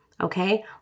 okay